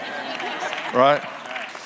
right